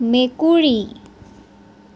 মেকুৰী